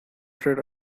trade